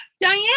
Diane